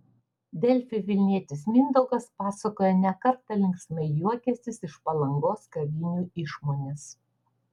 delfi vilnietis mindaugas pasakoja ne kartą linksmai juokęsis iš palangos kavinių išmonės